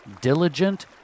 diligent